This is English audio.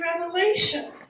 revelation